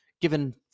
given